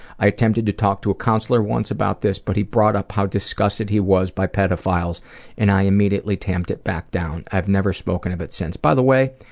i attempted to talk to a counselor once about this but he brought up how disgusted he was by pedophiles and i immediately tamped it back down. i've never spoken of it since. by the way,